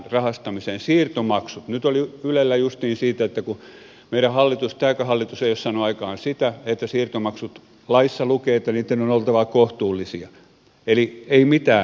siirtomaksut nyt oli ylellä justiin siitä että kun meidän hallitus tämäkään hallitus ei ole saanut aikaan sitä että siirtomaksut olisivat kohtuullisia vaikka laissa lukee että niitten on oltava kohtuullisia ei mitään